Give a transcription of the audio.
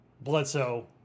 Bledsoe